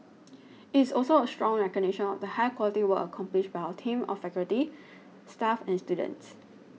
it is also a strong recognition of the high quality work accomplished by our team of faculty staff and students